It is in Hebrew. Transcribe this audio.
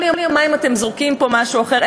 כל יומיים אתם זורקים פה משהו אחר,